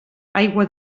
aigua